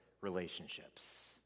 relationships